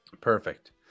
Perfect